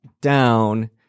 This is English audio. down